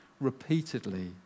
repeatedly